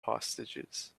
hostages